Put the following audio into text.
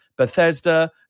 Bethesda